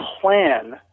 plan